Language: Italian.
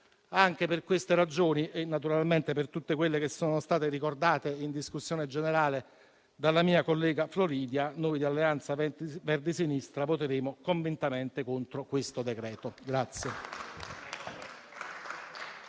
anche per queste ragioni e naturalmente per tutte quelle che sono state ricordate in discussione generale dalla mia collega Floridia, noi di Alleanza Verdi-Sinistra voteremo convintamente contro il decreto-legge